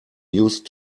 used